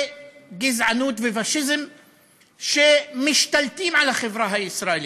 גזענות ופאשיזם שמשתלטים על החברה הישראלית.